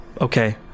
Okay